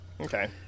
Okay